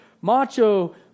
macho